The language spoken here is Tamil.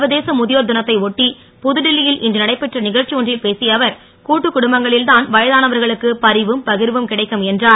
சர்வதேச மு யோர் னத்தை ஒட்டி புதுடில்லி ல் இன்று நடைபெற்ற க ச்சி ஒன்றில் பேசிய அவர் கூட்டுக் குடும்பங்களில்தான் வயதானவர்களுக்கு பரிவும் பகிர்வும் கிடைக்கும் என்றூர்